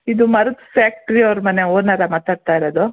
ಇದು ಮರದ ಫ್ಯಾಕ್ಟ್ರಿ ಅವ್ರ ಮನೆ ಓನರಾ ಮಾತಾಡ್ತಾಯಿರೋದು